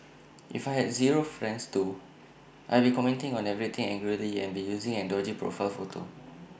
if I had zero friends too I'd be commenting on everything angrily and be using an dodgy profile photo